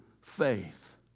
faith